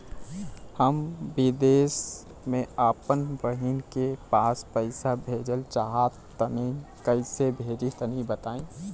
हम विदेस मे आपन बहिन के पास पईसा भेजल चाहऽ तनि कईसे भेजि तनि बताई?